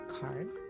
card